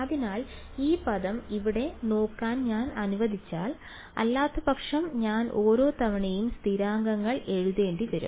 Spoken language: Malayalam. അതിനാൽ ഈ പദം ഇവിടെ നോക്കാൻ ഞാൻ അനുവദിച്ചാൽ അല്ലാത്തപക്ഷം ഞാൻ ഓരോ തവണയും സ്ഥിരാങ്കങ്ങൾ എഴുതേണ്ടി വരും